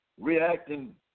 Reacting